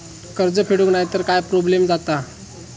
कर्ज फेडूक नाय तर काय प्रोब्लेम जाता?